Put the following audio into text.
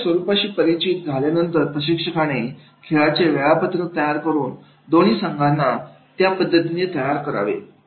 खेळाच्या स्वरूपाशी परिचित झाल्यानंतर प्रशिक्षकाने खेळाचे वेळापत्रक तयार करून दोन्ही संघाना त्या पद्धतीने तयार करावे